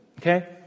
Okay